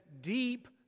deep